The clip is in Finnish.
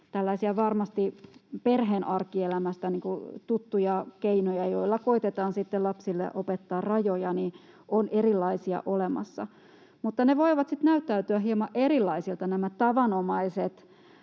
tällaisia perheen arkielämästä tuttuja keinoja, joilla koetetaan lapsille opettaa rajoja, on olemassa erilaisia, mutta nämä tavanomaiset kasvatuskeinot voivat näyttäytyä hieman erilaisilta